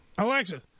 Alexa